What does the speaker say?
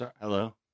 hello